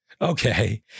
Okay